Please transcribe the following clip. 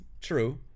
true